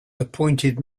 appointed